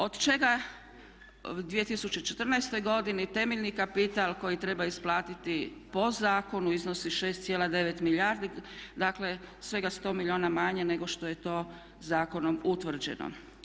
Od čega u 2014. temeljni kapital koji treba isplatiti po zakonu iznosi 6,9 milijardi, dakle svega 100 milijuna manje nego što je to zakonom utvrđeno.